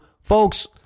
folks